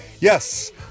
Yes